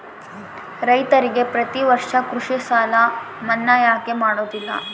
ರೈತರಿಗೆ ಪ್ರತಿ ವರ್ಷ ಕೃಷಿ ಸಾಲ ಮನ್ನಾ ಯಾಕೆ ಮಾಡೋದಿಲ್ಲ?